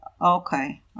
Okay